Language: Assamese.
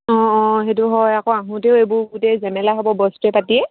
অঁ অঁ সেইটো হয় আকৌ আহোঁতেও এইবোৰ গোটেই ঝেমেলা হ'ব বস্তুৱে পাতিয়ে